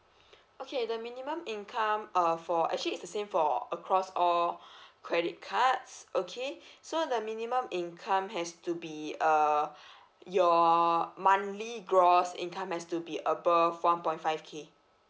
okay the minimum income uh for actually is the same for across all credit cards okay so the minimum income has to be uh your monthly gross income has to be above one point five K